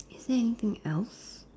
is there anything else